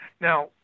Now